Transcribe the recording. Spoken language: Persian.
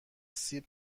سیب